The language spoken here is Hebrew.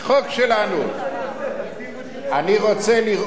אני רוצה לראות אתכם כולם.